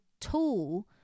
tool